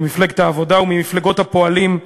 ממפלגת העבודה וממפלגות הפועלים.